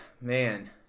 man